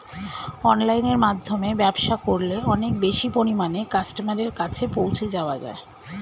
অনলাইনের মাধ্যমে ব্যবসা করলে অনেক বেশি পরিমাণে কাস্টমারের কাছে পৌঁছে যাওয়া যায়?